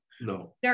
No